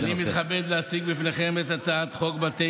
אני מתכבד להציג בפניכם את הצעת חוק בתי